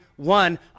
One